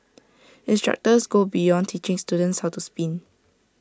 instructors go beyond teaching students how to spin